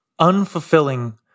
unfulfilling